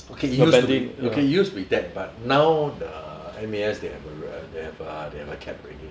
okay it used to be okay it used to be that but now the M_A_S they have a they have a they have a cap already